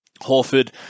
Horford